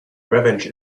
revenge